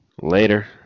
Later